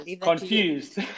confused